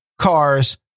cars